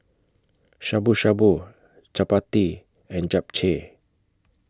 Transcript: Shabu Shabu Chapati and Japchae